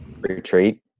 retreat